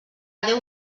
déu